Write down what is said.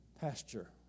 pasture